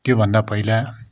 त्योभन्दा पहिला